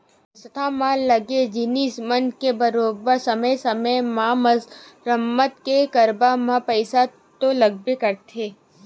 संस्था म लगे जिनिस मन के बरोबर समे समे म मरम्मत के करब म पइसा तो लगबे करथे